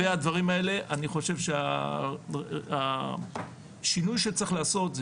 אז לגבי הדברים האלה אני חושב שהשינוי שצריך לעשות זה